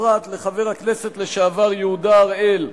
ובפרט לחבר הכנסת לשעבר יהודה הראל,